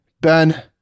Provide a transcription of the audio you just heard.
Ben